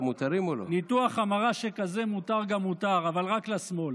ניתוח המרה שכזה מותר גם מותר, אבל רק לשמאל.